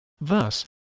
Thus